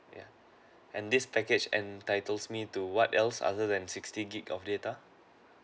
ya and this package entitles me to what else other than sixty gigabyte of data